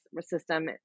system